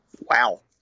Wow